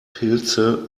pilze